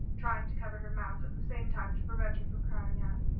trying to cover her mouth at the same time to prevent her from crying out.